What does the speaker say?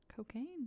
Cocaine